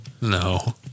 No